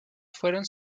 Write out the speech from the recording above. fueron